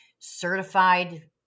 certified